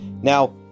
Now